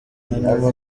nyuma